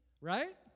right